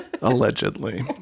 allegedly